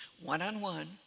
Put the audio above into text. one-on-one